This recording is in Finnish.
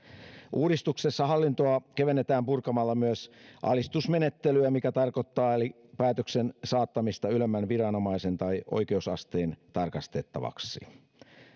uudistuksessa hallintoa kevennetään purkamalla myös alistusmenettelyä mikä tarkoittaa päätöksen saattamista ylemmän viranomaisen tai oikeusasteen tarkastettavaksi